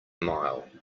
mile